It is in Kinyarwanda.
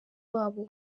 wabo